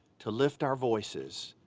to lift our voices.